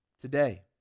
today